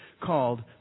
called